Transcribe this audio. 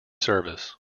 service